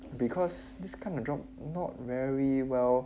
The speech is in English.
because this kind of job not very well